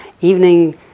evening